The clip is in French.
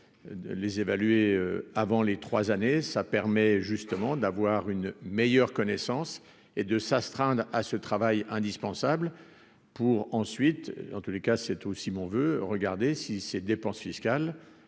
les évaluer avant les 3 années ça permet justement d'avoir une meilleure connaissance et de s'astreindre à ce travail indispensable pour ensuite en tous les cas, c'est Simon veut regarder si ces dépenses fiscales